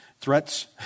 threats